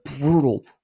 brutal